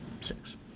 Six